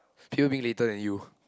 people being later than you